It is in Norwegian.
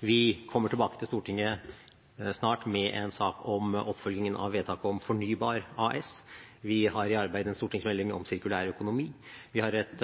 Vi kommer tilbake til Stortinget snart med en sak om oppfølgingen av vedtak om Fornybar AS. Vi har i arbeid en stortingsmelding om sirkulær økonomi. Vi har et